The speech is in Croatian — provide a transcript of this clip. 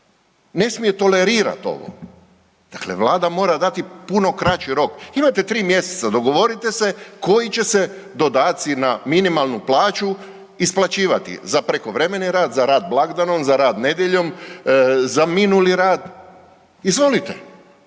Ne smije tolerirati ovo. Dakle Vlada mora dati puno kraći rok. Imate 3 mjeseca, dogovorite se koji će se dodaci na minimalnu plaću isplaćivati, za prekovremeni rad, za rad blagdanom, za rad nedjeljom, za minuli rad, izvolite.